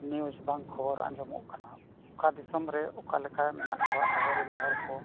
news ᱵᱟᱝ ᱠᱷᱚᱵᱚᱨ ᱟᱸᱡᱚᱢᱚᱜ ᱠᱟᱱᱟ ᱚᱠᱟ ᱫᱤᱥᱚᱢ ᱨᱮ ᱚᱠᱟ ᱞᱮᱠᱟ ᱢᱮᱱᱟᱜ ᱠᱚᱣᱟ ᱟᱵᱚᱨᱮᱱ ᱦᱚᱲ ᱠᱚ